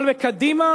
אבל בקדימה